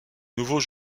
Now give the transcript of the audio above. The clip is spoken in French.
nouveau